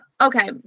okay